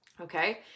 Okay